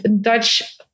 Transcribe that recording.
Dutch